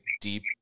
deep